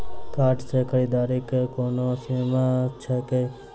Card सँ खरीददारीक कोनो सीमा छैक की?